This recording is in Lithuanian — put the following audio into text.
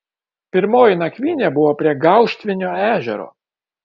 pirmoji nakvynė buvo prie gauštvinio ežero